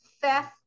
theft